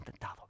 intentado